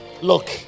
look